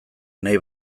nahi